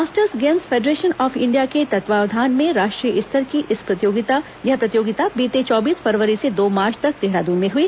masters games federation of India के तत्वावधान में राष्ट्रीय स्तर की यह प्रतियोगिता बीते चौबीस फरवरी से दो मार्च तक देहरादून में हुई